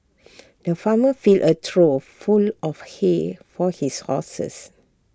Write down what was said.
the farmer filled A trough full of hay for his horses